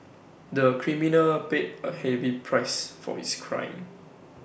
the criminal paid A heavy price for his crime